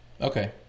Okay